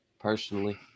personally